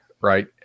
right